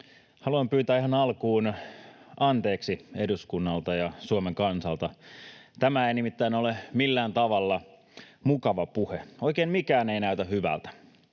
Haluan pyytää ihan alkuun anteeksi eduskunnalta ja Suomen kansalta. Tämä ei nimittäin ole millään tavalla mukava puhe, oikein mikään ei näytä hyvältä.